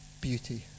beauty